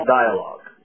dialogue